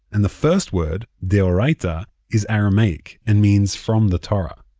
and the first word de'oraita is aramaic and means, from the torah.